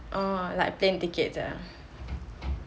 oh like plane tickets ah